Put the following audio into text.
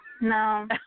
No